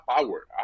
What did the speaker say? power